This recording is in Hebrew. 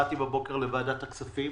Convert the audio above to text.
באתי בבוקר לוועדת הכספים